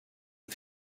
and